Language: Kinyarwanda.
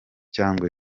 cyangwa